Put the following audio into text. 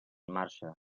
marxa